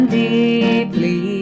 deeply